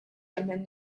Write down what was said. jemmen